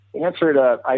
answered